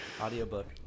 Audiobook